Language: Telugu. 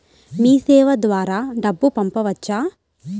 మీసేవ ద్వారా డబ్బు పంపవచ్చా?